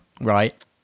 Right